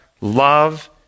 Love